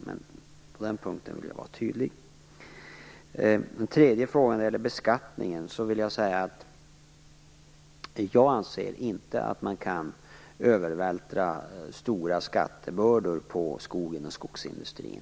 På den punkten vill jag vara tydlig. När det gäller beskattningen anser jag inte att man kan övervältra stora skattebördor på skogen och skogsindustrin.